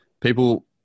people